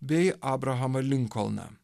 bei abrahamą linkolną